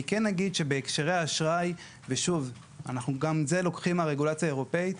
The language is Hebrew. בהקשרי אשראי וגם את זה אנחנו לוקחים מהרגולציה האירופאית,